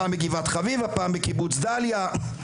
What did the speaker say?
פעם בגבעת חביבה פעם בקיבוץ דליה,